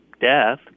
death